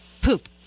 poop